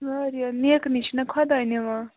واریاہ نیکہٕ نٕے چھُ نا خۄدا نِوان